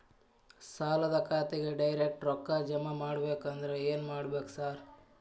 ಸಾಲದ ಖಾತೆಗೆ ಡೈರೆಕ್ಟ್ ರೊಕ್ಕಾ ಜಮಾ ಆಗ್ಬೇಕಂದ್ರ ಏನ್ ಮಾಡ್ಬೇಕ್ ಸಾರ್?